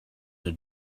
the